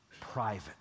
private